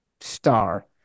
star